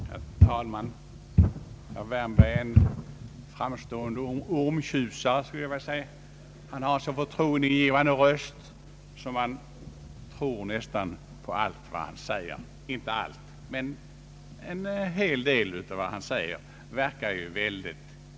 Herr talman! Herr Wärnberg är en framstående ormtjusare. Han har en så förtroendeingivande röst att man nästan tror allt han säger. Det mesta men kanske ändå inte allt verkar också klokt och förståndigt.